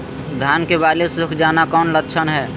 धान की बाली सुख जाना कौन लक्षण हैं?